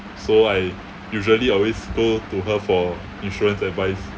so I usually always go to her for insurance advice